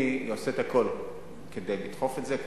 אני עושה הכול כדי לדחוף את זה.